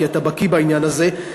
כי אתה בקי בעניין הזה,